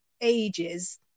ages